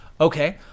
Okay